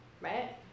right